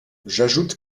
j’ajoute